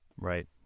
Right